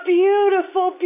beautiful